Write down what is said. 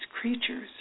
creatures